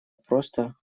просто